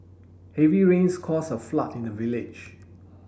heavy rains caused a flood in the village